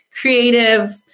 creative